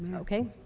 and okay.